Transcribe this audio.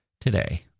today